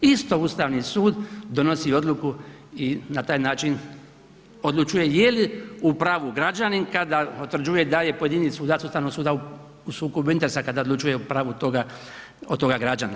Isto Ustavni sud donosi odluku i na taj način odlučuje je li u pravu građanin kada utvrđuje da je pojedini sudac Ustavnog suda u sukobu interesa kada odlučuje o pravu toga građana.